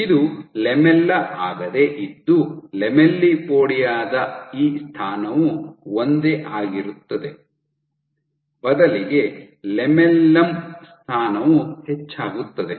ಇದು ಲ್ಯಾಮೆಲ್ಲಾ ಆಗದೆ ಇದ್ದು ಲ್ಯಾಮೆಲ್ಲಿಪೊಡಿಯಾ ದ ಈ ಸ್ಥಾನವು ಒಂದೇ ಆಗಿರುತ್ತದೆ ಬದಲಿಗೆ ಲ್ಯಾಮೆಲ್ಲಮ್ನ ಸ್ಥಾನವು ಹೆಚ್ಚಾಗುತ್ತದೆ